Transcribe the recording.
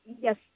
Yes